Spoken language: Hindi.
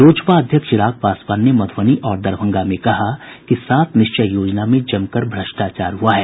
लोजपा अध्यक्ष चिराग पासवान ने मधुबनी और दरभंगा में कहा कि सात निश्चय योजना में जमकर भ्रष्टाचार हुआ है